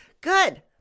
good